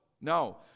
no